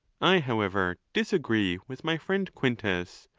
i however disagree with my friend quintus.